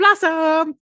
blossom